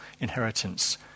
inheritance